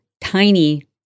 tiny